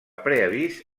preavís